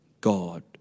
God